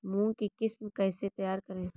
मूंग की किस्म कैसे तैयार करें?